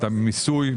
את המיסוי,